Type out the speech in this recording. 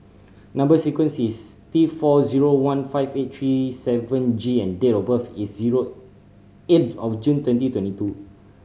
number sequence is T four zero one five eight three seven G and date of birth is zero eight of June twenty twenty two